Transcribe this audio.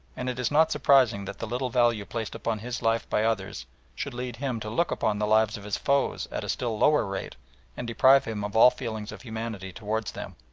and it is not surprising that the little value placed upon his life by others should lead him to look upon the lives of his foes at a still lower rate and deprive him of all feelings of humanity towards them.